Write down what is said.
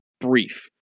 brief